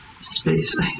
Space